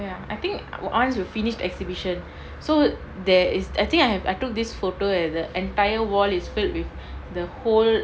ya I think once we finished exhibition so there is I think I have I took this photo and the entire wall is filled with the whole